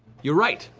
you're right.